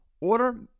Order